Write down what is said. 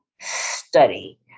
study